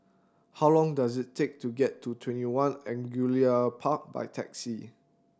how long does it take to get to TwentyOne Angullia Park by taxi